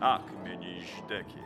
akmenį išdeki